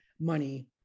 money